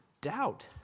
doubt